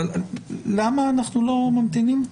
אבל למה אנחנו לא ממתינים?